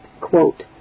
Quote